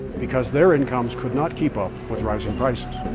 because their incomes could not keep up with rising prices.